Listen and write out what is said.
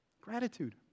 gratitude